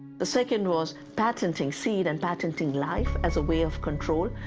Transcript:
the second was patenting seed and patenting life as a way of control,